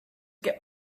get